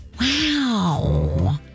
Wow